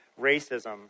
racism